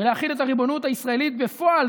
ולהחיל את הריבונות הישראלית בפועל,